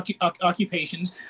occupations